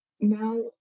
Now